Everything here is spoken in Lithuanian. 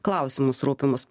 klausimus rūpimus